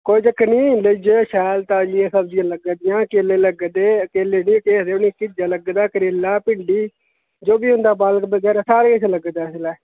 कोई चक्कर निं लेई जाएओ शैल ताजियां सब्जियां लग्गां दियां केले लग्गा दे केले निं केह् आखदे उ'ने ईं घिया लग्गै दा करेला भिंडी जो बी होंदा बाग बगैरा सारा किश लग्गै दा इसलै